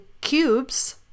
cubes